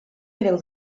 creu